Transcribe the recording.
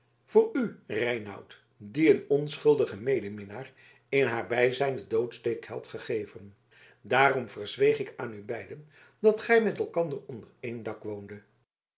voor u reinout die een onschuldigen medeminnaar in haar bijzijn den doodsteek had gegeven daarom verzweeg ik aan u beiden dat gij met elkander onder één dak woondet